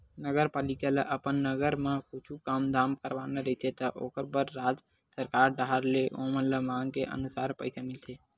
नगरपालिका ल अपन नगर म कुछु काम धाम करवाना रहिथे त ओखर बर राज सरकार डाहर ले ओमन ल मांग के अनुसार पइसा मिलथे